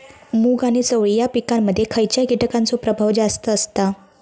मूग आणि चवळी या पिकांमध्ये खैयच्या कीटकांचो प्रभाव जास्त असता?